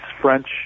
French